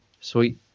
sweet